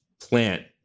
plant